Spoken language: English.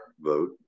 vote